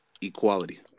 equality